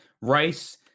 rice